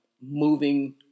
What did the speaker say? moving